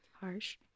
Harsh